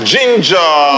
Ginger